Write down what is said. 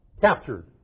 captured